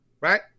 right